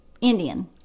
Indian